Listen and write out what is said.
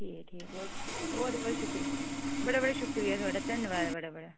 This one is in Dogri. ठीक ऐ ठीक ऐ बहुत बहुत शुक्रिया बड़ा बड़़ा शुक्रिया थुआढ़ा धन्नवाद बड़ा बड़़ा